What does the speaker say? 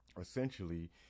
essentially